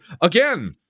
again